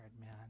man